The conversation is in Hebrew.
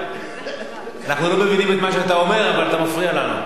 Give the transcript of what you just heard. אבל אתה מפריע לנו.